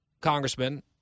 Congressman